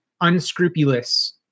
unscrupulous